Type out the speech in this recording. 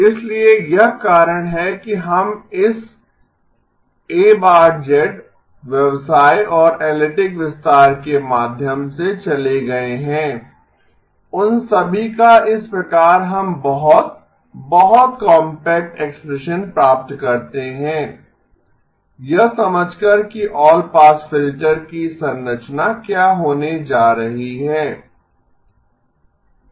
इसलिए यह कारण है कि हम इस A व्यवसाय और एनालिटिक विस्तार के माध्यम से चले गए हैं उन सभी का इस प्रकार हम बहुत बहुत कॉम्पैक्ट एक्सप्रेशन प्राप्त करते हैं यह समझकर कि ऑल पास फिल्टर की संरचना क्या होने जा रही है